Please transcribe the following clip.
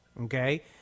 okay